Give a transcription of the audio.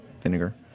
vinegar